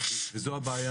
להצבעה